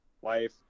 wife